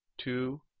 two